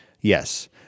Yes